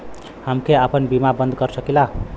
हमके आपन बीमा बन्द कर सकीला?